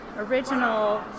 original